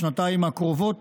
בשנתיים הקרובות